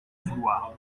vouloir